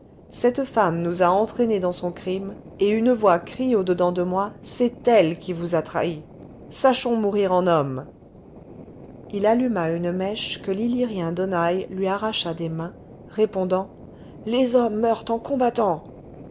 cette femme nous a entraînés dans son crime et une voix crie au dedans de moi c'est elle qui vous a trahis sachons mourir en hommes il alluma une mèche que l'illyrien donaï lui arracha des mains répondant les hommes meurent en combattant